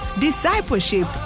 discipleship